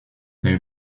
they